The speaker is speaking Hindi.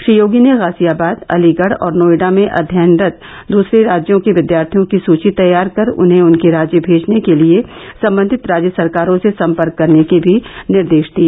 श्री योगी ने गाजियाबाद अलीगढ़ और नोएडा में अध्ययनरत दूसरे राज्यों के विद्यार्थियों की सुची तैयार कर उन्हें उनके गृह राज्य भेजने के लिए संबंधित राज्य सरकारों से संपर्क करने के भी निर्देश दिए